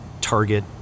target